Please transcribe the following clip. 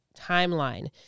timeline